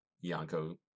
Yanko